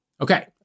Okay